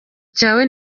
cyawe